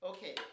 Okay